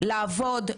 לעבוד,